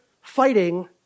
fighting